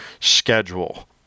schedule